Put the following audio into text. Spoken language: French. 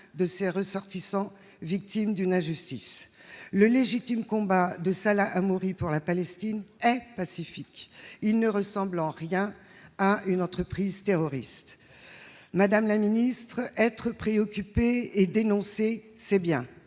de ses ressortissants, victime d'une injustice le légitime combat de Salah Hamouri pour la Palestine pacifique, il ne ressemble en rien à une entreprise terroriste, madame la ministre, être préoccupé et dénoncer c'est bien,